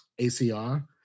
ACR